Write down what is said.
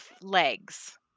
legs